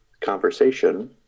conversation